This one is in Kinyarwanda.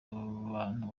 abantu